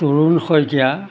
Tarun Saikia